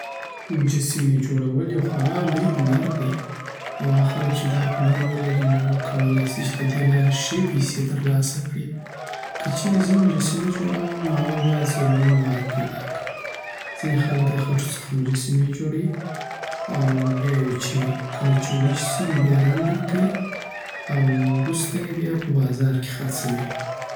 مجسیمه جوړول یو خوار لوی هنر دی او هغه خلک چی دا هنر ولری نو کولای سی د دی لاری ښی پیسی ترلاسه کړی. کچیری زه مجسیمه جوړوم نو اول باید ضروری مواد پیدا کړم. ځینی خلک د خټو څخه مجسیمی جوړوی. او بیا یی وچوی او کله چی وچ سی نو بیا رنګ ورکوی او وروسته یی بيا په بازار کی خرڅوی.